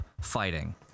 fighting